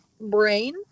brain